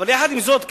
אבל יחד עם זאת,